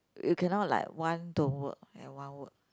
you cannot like one don't work and one work